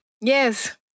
yes